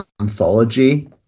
anthology